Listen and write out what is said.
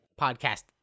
podcast